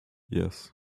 yes